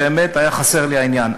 באמת היה חסר לי העניין.